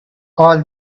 all